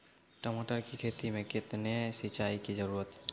टमाटर की खेती मे कितने सिंचाई की जरूरत हैं?